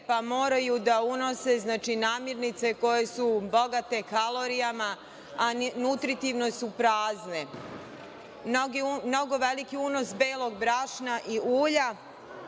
pa moraju da unose namernice koje su bogate kalorijama, a nutritvno su prazne. Mnogo veliki unos belog brašna i ulja,